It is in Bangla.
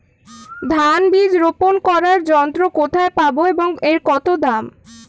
ধান বীজ রোপন করার যন্ত্র কোথায় পাব এবং এর দাম কত?